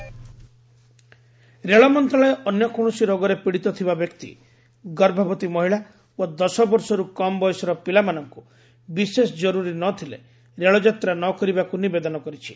railway ministry appeal ରେଳ ମନ୍ତ୍ରଣାଳୟ ଅନ୍ୟ କୌଣସି ରୋଗରେ ପୀଡ଼ିତ ଥିବା ବ୍ୟକ୍ତି ଗର୍ଭବତୀ ମହିଳା ଓ ଦଶବର୍ଷରୁ କମ୍ ବୟସର ପିଲାମାନଙ୍କୁ ବିଶେଷ ଜରୁରୀ ନଥିଲେ ରେଳଯାତ୍ରା ନକରିବାକୁ ନିବେଦନ କରିଛି